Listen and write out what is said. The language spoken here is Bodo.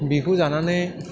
बिखौ जानानै